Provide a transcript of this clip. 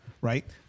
right